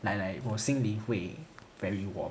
来来我心里会 very warm